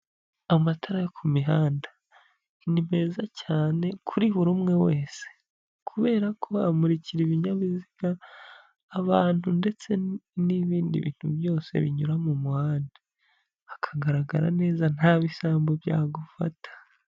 Amatara yo ku mihanda ni meza cyane kuri buri umwe wese kubera ko amurikira ibinyabiziga, abantu ndetse n'ibindi bintu byose binyura mu muhanda, hakagaragara neza nta bisambo byagufata.